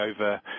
over